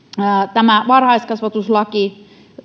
tämä varhaiskasvatuslaki